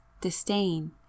disdain